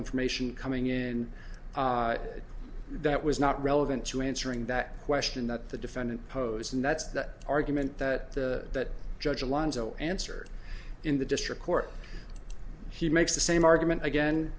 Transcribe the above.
information coming in that was not relevant to answering that question that the defendant posed and that's the argument that the that judge alonzo answered in the district court he makes the same argument again